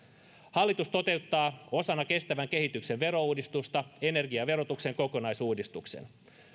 hallitus toteuttaa osana kestävän kehityksen verouudistusta energiaverotuksen kokonaisuudistuksen